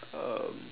um